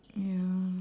ya